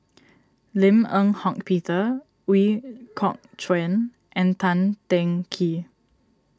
Lim Eng Hock Peter Ooi Kok Chuen and Tan Teng Kee